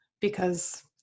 because-